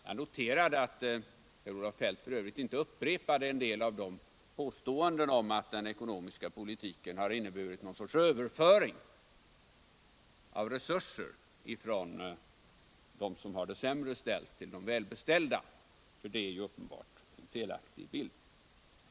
Jag noterade att Kjell-Olof Feldt f. ö. inte upprepade påståendet att den ekonomiska politiken har inneburit någon sorts överföring av resurser från dem som har det sämre ställt till de välbeställda — det är ju uppenbarligen en felaktig bild.